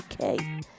okay